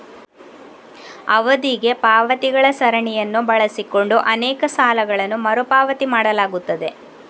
ಅವಧಿಗೆ ಪಾವತಿಗಳ ಸರಣಿಯನ್ನು ಬಳಸಿಕೊಂಡು ಅನೇಕ ಸಾಲಗಳನ್ನು ಮರು ಪಾವತಿ ಮಾಡಲಾಗುತ್ತದೆ